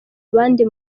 abandi